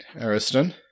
Ariston